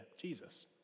Jesus